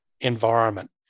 environment